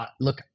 look